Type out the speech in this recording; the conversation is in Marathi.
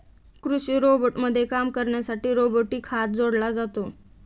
कृषी रोबोटमध्ये काम करण्यासाठी रोबोटिक हात जोडला जातो